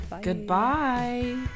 Goodbye